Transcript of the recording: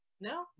No